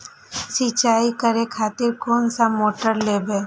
सीचाई करें खातिर कोन सा मोटर लेबे?